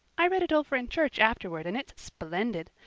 i read it over in church afterwards and it's splendid.